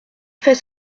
fait